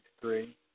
three